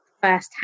firsthand